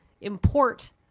import